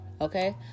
okay